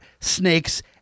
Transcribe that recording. snakes